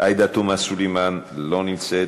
עאידה תומא סלימאן, לא נמצאת.